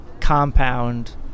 compound